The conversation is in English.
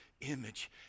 image